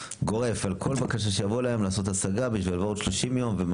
גורף על כל בקשה שיבואו להם לעשות השגה בשביל לבוא עוד 30 יום.